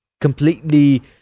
completely